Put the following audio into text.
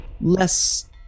less